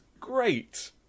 great